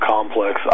complex